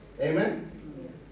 Amen